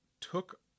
took